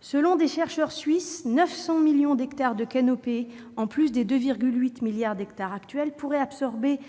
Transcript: Selon des chercheurs suisses, 900 millions d'hectares de canopée en plus des 2,8 milliards d'hectares actuels pourraient absorber